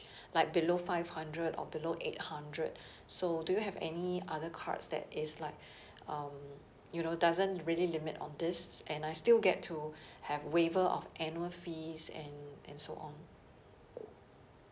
like below five hundred or below eight hundred so do you have any other cards that is like um you know doesn't really limit on this and I still get to have waiver of annual fees and and so on